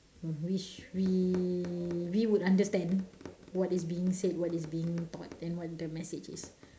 which we we would understand what is being said what is being taught and what the message is